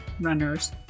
runners